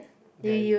then